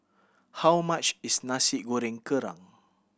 how much is Nasi Goreng Kerang